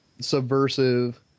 subversive